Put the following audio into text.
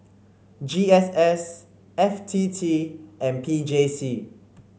G S S F T T and P J C